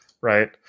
Right